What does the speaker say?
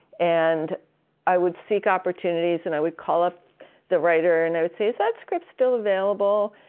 and i would seek opportunities and i would call up the writer and i would say is that script still available?